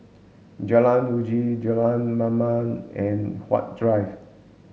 Jalan Uji Jalan Mamam and Huat Drive